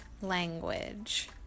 language